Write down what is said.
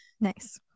nice